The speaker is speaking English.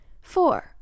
four